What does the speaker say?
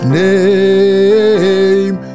name